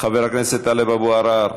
חבר הכנסת טלב אבו עראר,